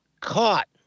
caught